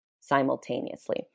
simultaneously